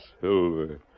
Silver